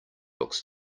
books